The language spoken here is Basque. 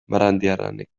barandiaranek